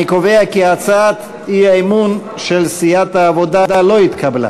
אני קובע כי הצעת האי-אמון של סיעת העבודה לא נתקבלה.